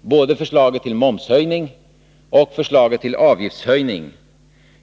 Både förslaget till momshöjning och förslaget till avgiftshöjning